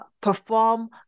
perform